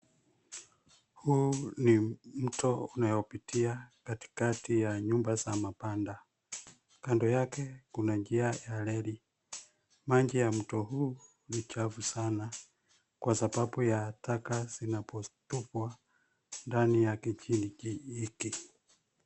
Huu ni mto unayopitia kati kati ya nyumba za mabanda. Kando yake kuna njia ya reli. Maji ya mto huu ni chafu sana kwa sababu ya taka zinapotupwa ndani ya kijiji hiki.